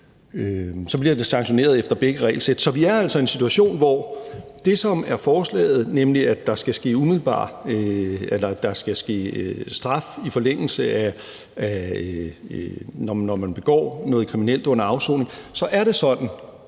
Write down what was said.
så bliver det sanktioneret efter begge regelsæt. Så vi er altså i en situation, hvor det i forhold til det, som er forslaget – nemlig at der skal ske straf, i forlængelse af at man begår noget kriminelt under afsoning – er sådan,